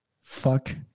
Fuck